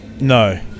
No